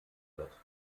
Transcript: wird